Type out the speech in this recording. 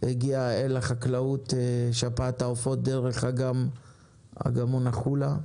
הגיע אל החקלאות שפעת העופות, דרך אגמון החולה,